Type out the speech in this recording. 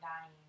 dying